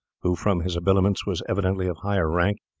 who, from his habiliments was evidently of higher rank,